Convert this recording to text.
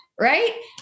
right